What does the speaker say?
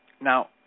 now